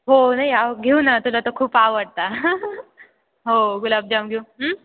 हो नाही या घेऊन तुला तर खूप आवडता हो गुलाबजाम घेऊ